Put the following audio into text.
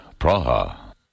Praha